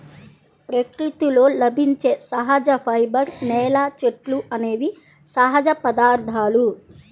ప్రకృతిలో లభించే సహజ ఫైబర్స్, నేల, చెట్లు అనేవి సహజ పదార్థాలు